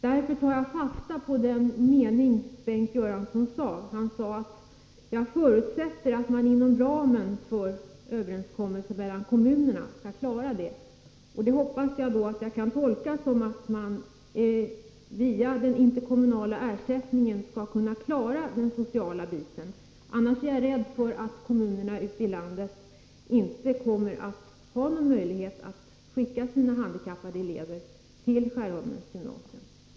Därför tar jag fasta på en mening i Bengt Göranssons anförande: ”Jag förutsätter dock att man med hjälp av den planeringsberedning som finnsoch Nr 52 inom ramen för de överenskommelser som görs mellan kommunerna Måndagen den kommer att klara av den delen.” Jag hoppas att jag kan tolka detta så att man 19 december 1983 via den interkommunala ersättningen skall kunna klara den sociala biten. Annars är jag rädd för att kommunerna ute i landet inte kommer att ha någon Åtgärder för elever möjlighet att skicka sina handikappade elever till Skärholmens gymnasium. med handikapp i det allmänna skol